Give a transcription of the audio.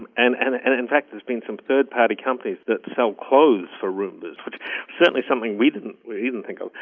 and and and and in fact there's been some third-party companies that sell clothes for roombas, which is certainly something we didn't we didn't think of.